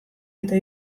eta